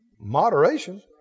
moderation